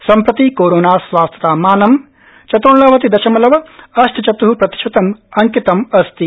सम्प्रति कोरोना स्वास्थतामानं चत्र्णवति दशमलव अष्ट चत्ः प्रतिशतं अंकितम् अस्ति